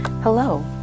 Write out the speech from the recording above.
Hello